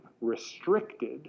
restricted